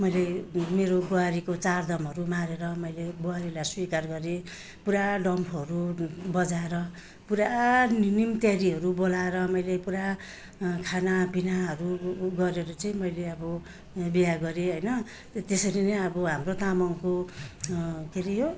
मैले मेरो बुहारीको चारदामहरू मारेर मैले बुहारीलाई स्विकार गरेँ पुरा डम्फुहरू बजाएर पुरा निमत्यारीहरू बोलाएर मैले पुरा खाना पिनाहरू ऊ गरेर चाहिँ मैले अब बिहे गरेँ होइन त्यसरी नै अब हाम्रो तामाङको के अरे यो